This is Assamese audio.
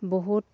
বহুত